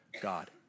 God